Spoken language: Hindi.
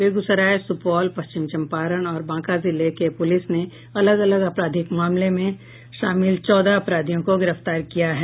बेगूसराय सुपौल पश्चिम चंपारण और बांका जिले से पुलिस ने अलग अलग आपराधिक मामलों में शामिल चौदह अपराधियों को गिरफ्तार किया है